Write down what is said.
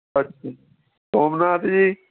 ਅੱਛਾ ਸੋਮ ਨਾਥ ਜੀ